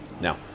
now